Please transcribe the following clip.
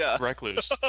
recluse